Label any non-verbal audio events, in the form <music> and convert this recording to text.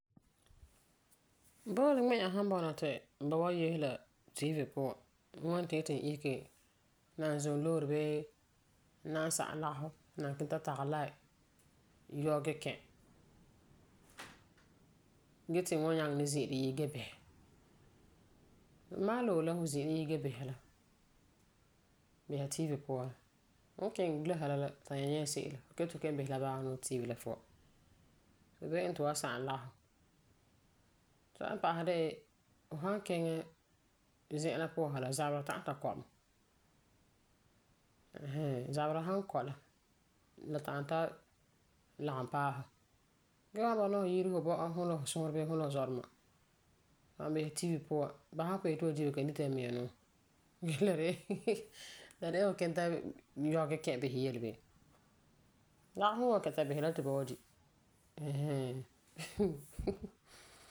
Boole ŋmi'a san bɔna ti ba wan yese la TV puan ŋwani ti n yeti isege nan zom loore bii nan sagum lagefɔ nan kiŋɛ ta tagelɛ line yɔ' ge kɛ̃ ge ti n wan nyani zi'ire yire gee bisɛ. Mam wan loe la fu zi'a yire gee bisa la. Bisa TV puan la. Fum kiŋɛ bilam la sa la ta nyɛ se'ere la, fu kelum yeti fu kelum iŋɛ la bala nuu TV la puan. Ti beni n iŋɛ ti fu wan sagum lagefɔ. Sɛla n pa'asɛ de'e fu san kiŋɛ zi'an la puan sa la, zaberɛ ta'am ta kɔ mɛ. Ɛɛn hɛɛn. Zaberɛ san ta kɔ, la ta'am ta lagum paɛ fu. Gee fu san bɔna yire fu bɔ'en, fum la suurɔ bii fum la fu zɔduma san bisɛ TV puan ba san pugum yeti ba di ba kelum dita mɛ mia nuu. La de'e <laughs> Ge la de'e fu kiŋɛ ta yɔ gee ka bisɛ yele bee. Dagi fum n wan kiŋɛ ta kɛ̃ ta bisera la ti ba wan di <laughs>